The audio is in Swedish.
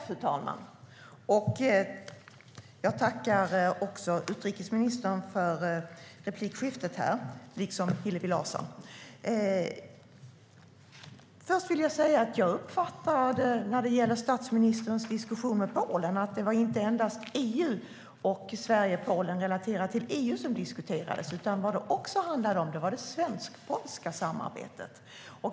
Fru talman! Jag tackar utrikesministern liksom Hillevi Larsson för inläggen här. Jag uppfattade statsministerns diskussion med Polen som att det inte endast var frågor relaterade till EU, och Sverige-Polen relaterat till EU, som diskuterades. Det handlade också om det svensk-polska samarbetet.